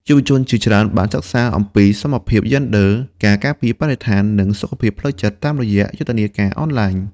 យុវជនជាច្រើនបានសិក្សាអំពីសមភាពយេនឌ័រ ការការពារបរិស្ថាន និងសុខភាពផ្លូវចិត្តតាមរយៈយុទ្ធនាការអនឡាញ។